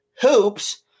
hoops